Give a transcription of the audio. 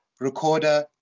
recorder